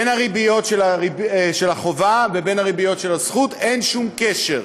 בין הריביות של החובה ובין הריביות של הזכות אין שום קשר.